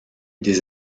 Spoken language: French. des